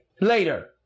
later